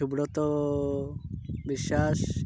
Subrata Biswas